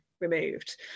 removed